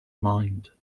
mind